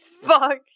Fuck